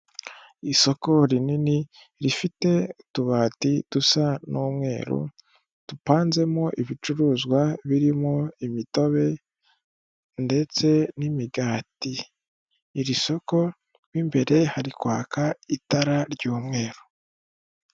Isoko rinini rifite utubati dusa n'umweru, dupanzemo ibicuruzwa biromo imitobe ndetse n'imigati. Iri soko mu imbere hari kwaka itara ry'umweru.